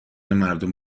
مردم